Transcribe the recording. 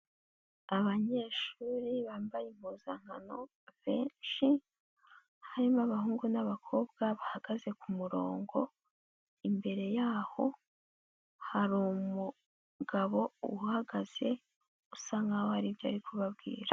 Abanyeshuri bambaye impuzankano benshi ,harimo abahungu n'abakobwa bahagaze ku murongo ,imbere yaho hari umugabo uhagaze usa nkaho hari ibyo ari kubabwira.